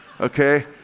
Okay